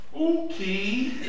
okay